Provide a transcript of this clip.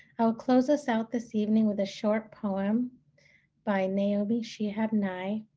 i will close us out this evening with a short poem by naomi shihab nye.